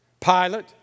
Pilate